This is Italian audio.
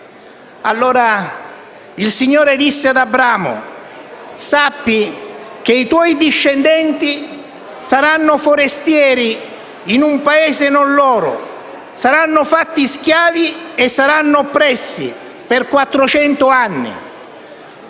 «Allora il Signore disse ad Abramo: "Sappi che i tuoi discendenti saranno forestieri in un paese non loro; saranno fatti schiavi e saranno oppressi per